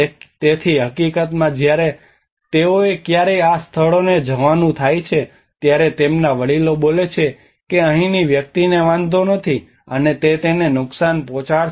તેથી હકીકતમાં જ્યારે તેઓને ક્યારેય આ સ્થળોએ જવાનું થાય છે ત્યારે તેમના વડીલો બોલે છે કે તે અહીંની વ્યક્તિને વાંધો નથી અને તે તેને નુકસાન પહોંચાડશે નહીં